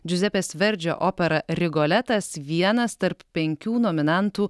džiuzepės verdžio opera rigoletas vienas tarp penkių nominantų